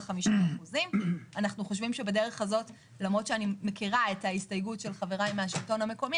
50%. למרות שאני מכירה את ההסתייגות של חברי מהשלטון המקומי,